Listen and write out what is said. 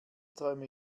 träume